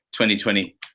2020